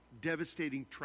devastating